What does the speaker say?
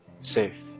safe